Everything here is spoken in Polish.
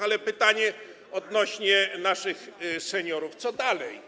Ale pytanie odnośnie do naszych seniorów: Co dalej?